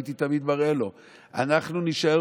והייתי תמיד מראה לו: אנחנו נישאר